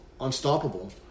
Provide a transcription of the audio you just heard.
unstoppable